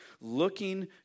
looking